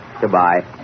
Goodbye